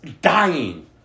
dying